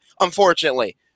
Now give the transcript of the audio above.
Unfortunately